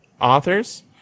authors